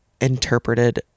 interpreted